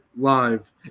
live